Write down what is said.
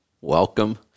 Welcome